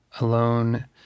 Alone